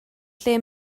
lle